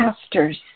pastors